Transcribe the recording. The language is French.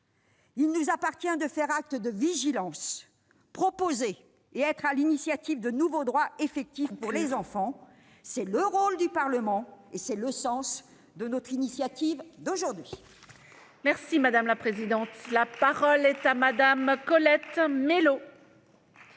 il nous appartient de faire acte de vigilance, de proposer et d'être à l'initiative de nouveaux droits effectifs pour les enfants. C'est le rôle du Parlement, et c'est le sens de notre initiative aujourd'hui.